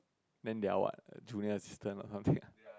then they are what a junior assistant or something ah